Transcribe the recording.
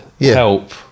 help